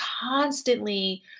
constantly